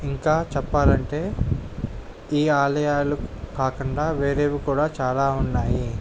ఇంకా చెప్పాలంటే ఈ ఆలయాలు కాకుండా వేరేవి కూడా చాలా ఉన్నాయి